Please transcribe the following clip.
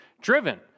driven